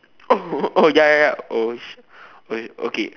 oh oh ya ya ya oh okay